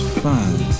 fine